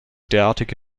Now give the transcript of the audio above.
derartige